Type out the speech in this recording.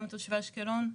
גם את תושבי אשקלון,